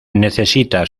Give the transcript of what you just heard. necesita